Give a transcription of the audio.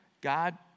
God